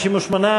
58,